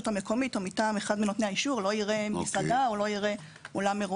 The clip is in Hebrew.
המקומיות או מטעם אחד מנותני האישור לא יראה מסעדה או אולם אירועים.